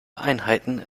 einheiten